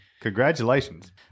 Congratulations